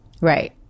Right